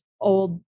old